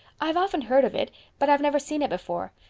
i've often heard of it but i've never seen it before.